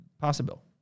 possible